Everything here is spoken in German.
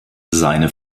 seine